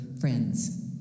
friends